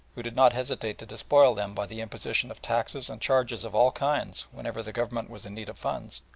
who did not hesitate to despoil them by the imposition of taxes and charges of all kinds whenever the government was in need of funds,